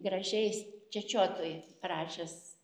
gražiai jis čečiotui rašęs